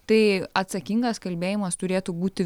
tai atsakingas kalbėjimas turėtų būti